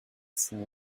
sell